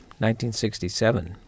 1967